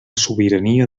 sobirania